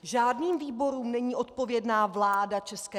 Žádným výborům není odpovědná vláda ČR.